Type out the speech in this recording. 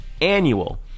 annual